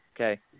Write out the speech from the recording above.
Okay